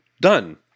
done